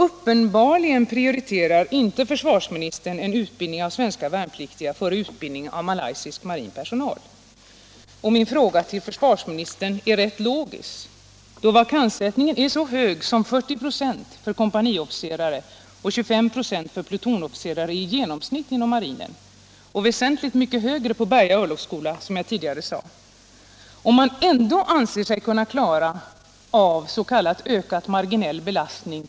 Uppenbarligen prioriterar inte försvarsministern en utbildning av svenska värnpliktiga före utbildning av malaysisk marin personal. Om vakanssättningen är så hög som 40 926 för kompaniofficerare och 25 26 för plutonofficerare i genomsnitt inom marinen och väsentligt mycket högre på Berga örlogsskola och om man ändå anser sig kunna klara av s.k. ökad marginell belastning på marinens utbildningsresurser, då är min naturliga fråga: Behövs över huvud taget det antal kompanioch plutonofficerare och regementsofficerare som är angivet? Eller skulle vi kunna skära ned antalet i motsvarande grad som vakanserna visar?